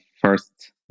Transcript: first